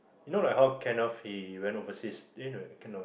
you know like how Kenneth he went overseas eh no he came back